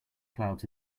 clouds